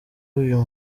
uyu